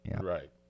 Right